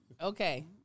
Okay